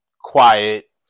quiet